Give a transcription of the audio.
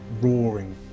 roaring